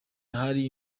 ahari